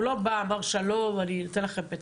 הוא לא בא, אמר שלום, אני נותן לכם פתק.